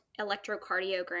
electrocardiogram